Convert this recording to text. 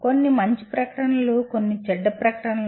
కొన్ని మంచి ప్రకటనలు కొన్ని చెడ్డ ప్రకటనలు